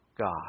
God